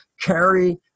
carry